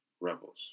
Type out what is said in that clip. Rebels